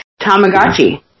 Tamagotchi